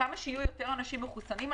כמה שיהיו יותר אנשים מחוסנים,